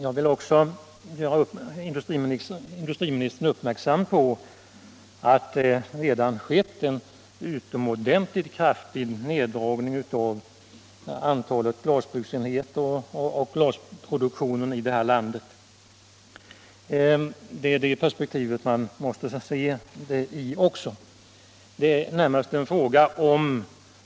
Jag vill också göra industriministern uppmärksam på att det redan skett en utomordentligt kraftig minskning av antalet glasbruksenheter och av glasproduktionen i det här landet. Man måste se frågan också i det perspektivet.